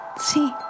See